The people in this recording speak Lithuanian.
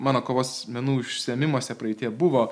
mano kovos menų užsiėmimuose praeityje buvo